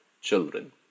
children